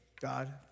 God